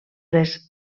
les